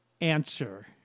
answer